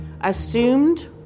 assumed